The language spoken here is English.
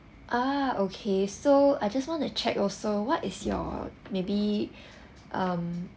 ah okay so I just want to check also what is your maybe um